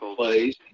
plays